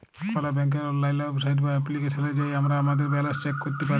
call ব্যাংকের অললাইল website বা এপ্লিকেশলে যাঁয়ে আমরা আমাদের ব্যাল্যাল্স চ্যাক ক্যইরতে পারি